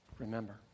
Remember